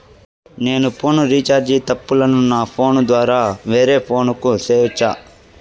నేను phone recharge తప్పులను నా ఫోను ద్వారా వేరే ఫోను కు సేయొచ్చా?